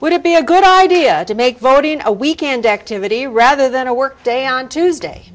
would it be a good idea to make voting a weekend activity rather than a work day on tuesday